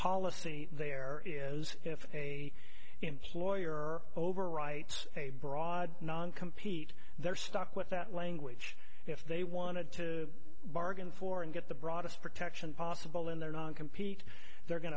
policy there is if a employer overwrites a broad non compete their stock with that language if they wanted to bargain for and get the broadest protection possible in their non compete they're going